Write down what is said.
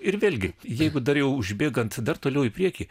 ir vėlgi jeigu dar jau užbėgant dar toliau į priekį